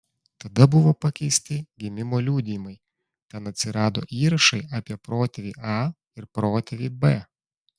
tada buvo pakeisti gimimo liudijimai ten atsirado įrašai apie protėvį a ir protėvį b